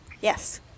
Yes